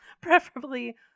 preferably